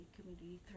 community